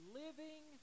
living